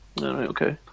okay